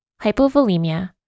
hypovolemia